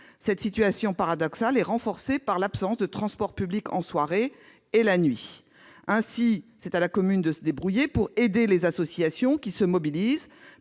Cette situation paradoxale est renforcée par l'absence de transports publics en soirée et la nuit. Ainsi, la commune doit se débrouiller pour aider des associations qui se mobilisent